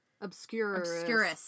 obscure